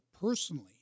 personally